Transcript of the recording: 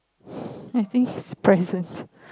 you think his presence